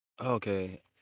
Okay